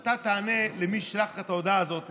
אתה תענה למי ששלח לך את ההודעה הזאת